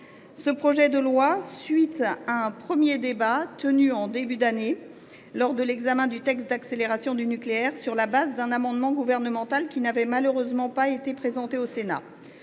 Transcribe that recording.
Ce projet de loi fait suite à un premier débat qui s’est tenu en début d’année dernière lors de l’examen du texte d’accélération du nucléaire, sur la base d’un amendement gouvernemental qui n’avait malheureusement pas été présenté au Sénat.